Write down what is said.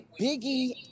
Biggie